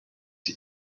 sie